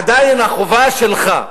עדיין החובה שלך,